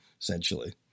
essentially